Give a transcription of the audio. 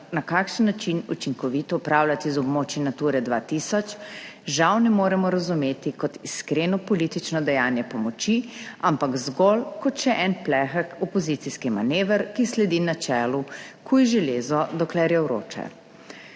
na kakšen način učinkovito upravljati z območij Nature 2000, žal ne moremo razumeti kot iskreno politično dejanje pomoči ampak zgolj kot še en plehek opozicijski manever, ki sledi načelu kuj železo, dokler je vroče.